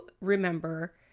remember